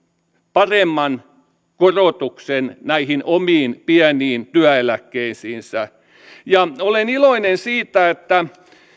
paremman korotuksen näihin omiin pieniin työeläkkeisiinsä ja olen iloinen siitä että